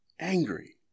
Angry